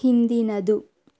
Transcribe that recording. ಹಿಂದಿನದು